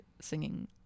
singing